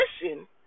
question